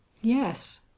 Yes